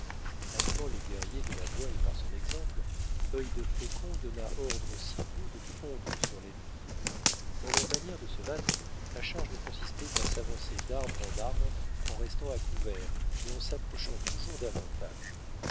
les guerriers de la voix et par son exemple œilde faucon donna ordre aussitôt de fondre sur l'ennemi dans leur manière de se battre la charge ne consistait qu'à s'avancer d'arbre en arbre en restant à couvert mais en s'approchant toujours davantage